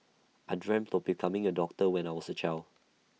I dreamt of becoming A doctor when I was A child